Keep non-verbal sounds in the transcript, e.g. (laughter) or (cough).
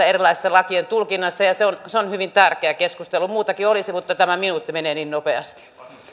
(unintelligible) erilaisessa lakien tulkinnassa ja se on se on hyvin tärkeä keskustelu muutakin olisi mutta tämä minuutti menee niin nopeasti